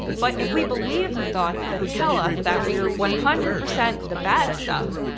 but if we believe the thoughts that tell us that we're one hundred percent the bad stuff,